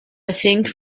think